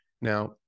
Now